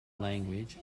language